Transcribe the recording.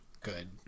good